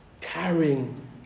carrying